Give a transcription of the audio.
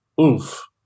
Oof